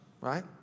right